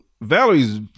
Valerie's